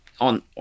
on